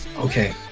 okay